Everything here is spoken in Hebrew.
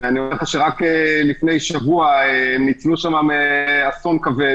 אני אומר לך שרק לפני שבוע ניצלו שם מאסון כבד